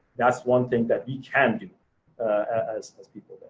that's one thing that we can do as as people